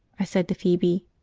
i said to phoebe.